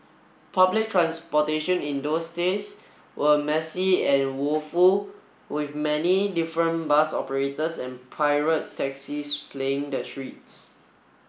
public transportation in those days were messy and woeful with many different bus operators and pirate taxis plying the streets